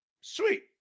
Sweet